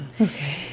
Okay